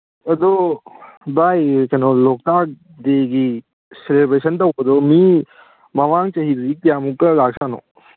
ꯑꯗꯨ ꯚꯥꯏ ꯀꯩꯅꯣ ꯂꯣꯛꯇꯥꯛ ꯗꯦꯒꯤ ꯁꯦꯂꯦꯕ꯭ꯔꯦꯁꯟ ꯇꯧꯕꯗꯣ ꯃꯤ ꯃꯃꯥꯡ ꯆꯍꯤꯗꯗꯤ ꯀꯌꯥꯃꯨꯛꯀ ꯂꯥꯛꯁꯥꯠꯅꯣ